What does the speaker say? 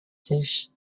sèches